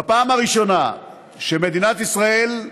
בפעם הראשונה שמדינת ישראל,